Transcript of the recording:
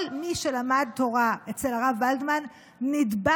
כל מי שלמד תורה אצל הרב ולדמן נדבק